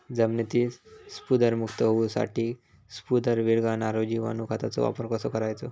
जमिनीतील स्फुदरमुक्त होऊसाठीक स्फुदर वीरघळनारो जिवाणू खताचो वापर कसो करायचो?